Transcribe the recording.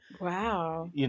Wow